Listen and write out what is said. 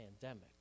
pandemic